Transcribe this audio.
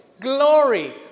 glory